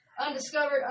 Undiscovered